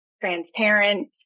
transparent